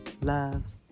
loves